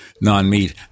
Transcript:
non-meat